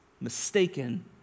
mistaken